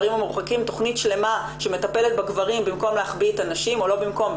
תכנית שלמה שמטפלת בגברים במקום להחביא את הנשים או לא במקום,